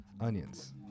onions